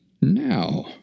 Now